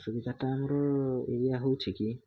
ଅସୁବିଧାଟା ଆମର ଏଇଆ ହେଉଛି କି